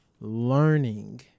learning